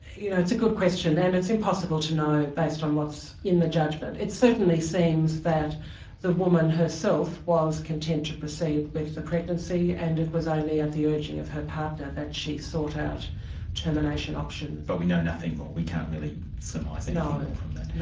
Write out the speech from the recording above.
you know it's a good question, and it's impossible to know based on what's in the judgement. it certainly seems that the woman herself was content to proceed with the pregnancy and it was only at the urging of her partner that she sought out termination options. but we know nothing more, we can't really surmise anything more and um from that? no,